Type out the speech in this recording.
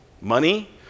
money